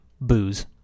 booze